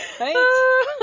Right